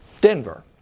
Denver